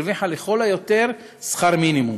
הרוויחה לכל היותר שכר מינימום.